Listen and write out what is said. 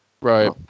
Right